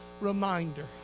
reminder